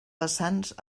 vessants